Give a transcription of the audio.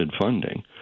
funding